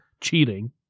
cheating